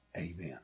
Amen